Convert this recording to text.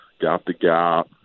gap-to-gap